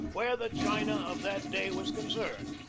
where the china of that day was concerned,